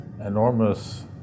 enormous